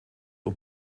und